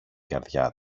καρδιά